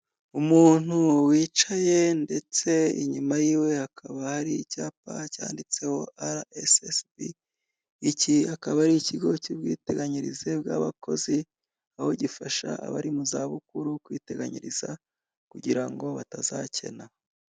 Umuntu wicaye ndetse inyuma yiwe hakaba hari icyapa cyanditseho RSSB iki akaba ari ikigo cy'ubwiteganyirize bw'abakozi aho gifasha abari mu za bukuru kwiteganyiriza kugira ngo batazakena.